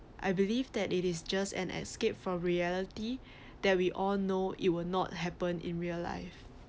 I believe that it is just an escape from reality that we all know it will not happen in real life